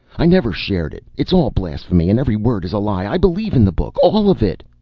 i never shared it! it's all blasphemy and every word is a lie! i believe in the book, all of it!